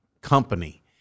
company